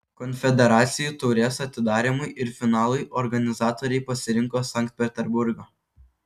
konfederacijų taurės atidarymui ir finalui organizatoriai pasirinko sankt peterburgą